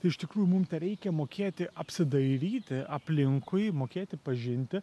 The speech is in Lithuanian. iš tikrųjų mum tereikia mokėti apsidairyti aplinkui mokėti pažinti